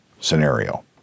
scenario